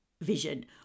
vision